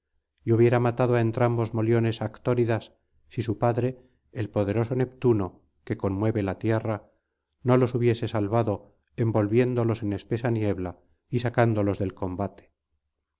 y hubiera matado á entrambos moliones actóridas si su padre el poderoso neptuno que conmueve la tierra no los hubiese salvado envolviéndolos en espesa niebla y sacándolos del combate